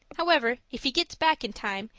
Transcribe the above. however, if he gets back in time,